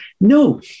No